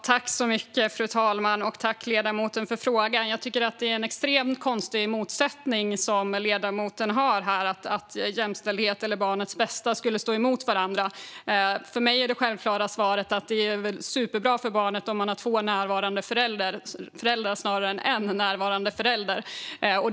Fru talman! Tack, ledamoten, för frågan! Jag tycker att det är en extremt konstig motsättning som ledamoten har, att jämställdhet eller barnets bästa skulle stå emot varandra. För mig är det självklara svaret att det är superbra för barnet att ha två närvarande föräldrar snarare än en närvarande förälder.